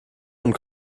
und